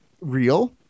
real